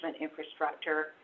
infrastructure